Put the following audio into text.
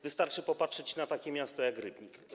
Wystarczy popatrzeć na takie miasto jak Rybnik.